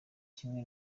kimwe